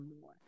more